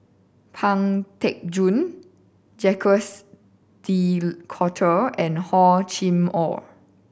Pang Teck Joon Jacques De Coutre and Hor Chim Or